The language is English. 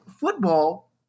football